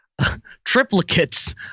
triplicates